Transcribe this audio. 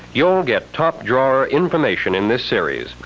you'll get top-drawer information in this series.